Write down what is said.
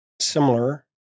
similar